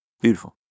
beautiful